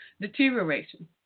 deterioration